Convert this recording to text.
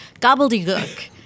gobbledygook